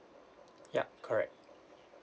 ya correct